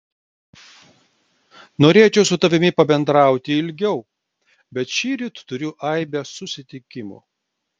norėčiau su tavimi pabendrauti ilgiau bet šįryt turiu aibę susitikimų